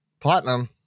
Platinum